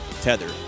Tether